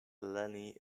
lenny